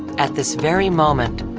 at this very moment,